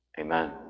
Amen